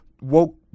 woke